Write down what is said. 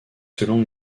selon